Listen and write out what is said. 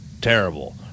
terrible